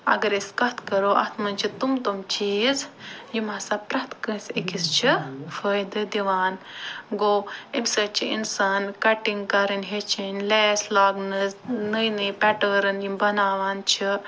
اگر أسۍ کَتھ کَرو اتھ منٛز چھِ تِم تِم چیٖز یِم ہَسا پرٛتھ کٲنٛسہِ أکِس چھِ فٲیدٕ دِوان گوٚو اَمہِ سۭتۍ چھِ اِنسان کٹِنٛگ کَرٕنۍ ہیٚچھنۍ لیس لاگنٕز نٔے نٔے پیٹٲرٕن یِم بناوان چھِ